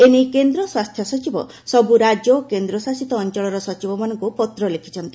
ଏନେଇ କେନ୍ଦ୍ର ସ୍ୱାସ୍ଥ୍ୟ ସଚିବ ସବୁ ରାଜ୍ୟ ଓ କେନ୍ଦ୍ରଶସିତ ଅଞ୍ଚଳର ସଚିବମାନଙ୍କୁ ପତ୍ର ଲେଖିଛନ୍ତି